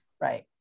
Right